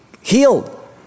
healed